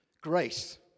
grace